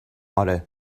آره